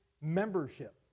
membership